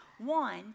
One